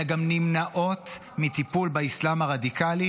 אלא גם נמנעות מטיפול באסלאם הרדיקלי,